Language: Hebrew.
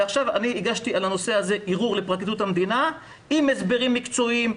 עכשיו הגשתי על הנושא הזה ערעור לפרקליטות המדינה עם הסברים מקצועיים,